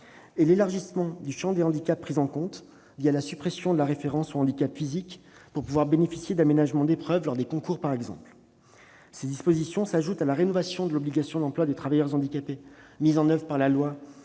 et l'élargissement du champ des handicaps pris en compte, la suppression de la référence au handicap physique, pour pouvoir bénéficier d'aménagements d'épreuves lors des concours, par exemple. Ces dispositions s'ajoutent à la rénovation de l'obligation d'emploi des travailleurs handicapés, mise en oeuvre par la loi